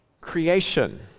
creation